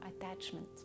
attachment